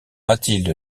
mathilde